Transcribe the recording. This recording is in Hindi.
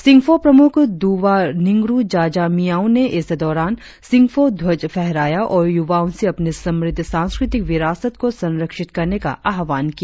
सिंगफो प्रमुख दुवा निंगरु जाजा मियाओं ने इस दौरान सिंगफो ध्वज फहराया और युवाओं से अपनी समृद्ध सांस्कृतिक विरासत को संरक्षित करने का आह्वान किया